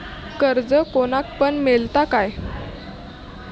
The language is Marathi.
कर्ज कोणाक पण मेलता काय?